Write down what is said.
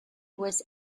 was